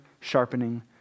sharpening